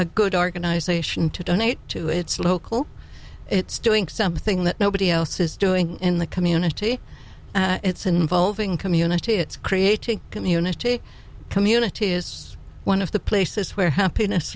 a good organization to donate to it's local it's doing something that nobody else is doing in the community it's involving community it's creating community community is one of the places where happiness